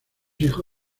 hijo